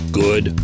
good